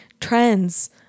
trends